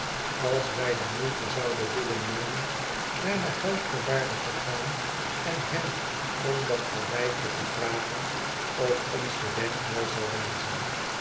als wij landloopers de moeite zouden willen nemen naar den huisbewaarder te gaan en hem omdatkarreweitje te vragen ook ons den weg wel zou wijzen